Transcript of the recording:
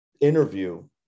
Interview